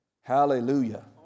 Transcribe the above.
Hallelujah